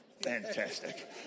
Fantastic